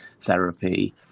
therapy